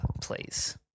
please